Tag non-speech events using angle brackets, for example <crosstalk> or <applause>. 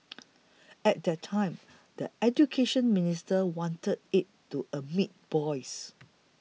<noise> at that time the Education Ministry wanted it to admit boys